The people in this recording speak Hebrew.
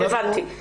הבנתי.